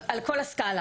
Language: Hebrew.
על כל הסקאלה.